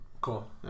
cool